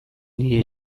nire